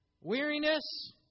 weariness